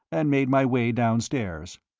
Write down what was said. and made my way downstairs.